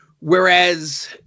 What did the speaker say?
Whereas